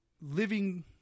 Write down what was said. living